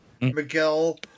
Miguel